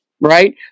Right